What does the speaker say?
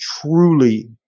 truly